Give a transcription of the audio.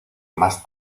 más